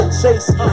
chase